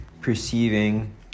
perceiving